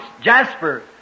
jasper